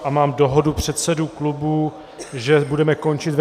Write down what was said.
A mám dohodu předsedů klubů, že budeme končit ve 14.30.